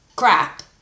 crap